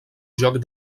joc